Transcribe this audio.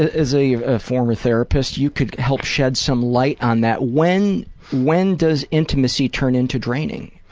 ah as a ah ah former therapist, you can help shed some light on that when when does intimacy turn into draining?